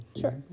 Sure